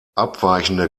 abweichende